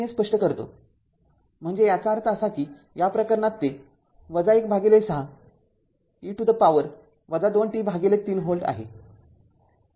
तर मी हे स्पष्ट करतो म्हणजे याचा अर्थ असा आहे की या प्रकरणात ते १६ e to the power २ t ३ volt आहे